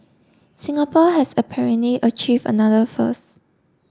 Singapore has apparently achieve another first